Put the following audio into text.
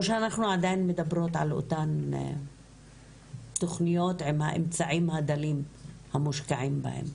או שאנחנו עדיין מדברות על אותן תכניות עם האמצעים הדלים המושקעים בהן?